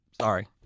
Sorry